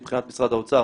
מבחינת משרד האוצר,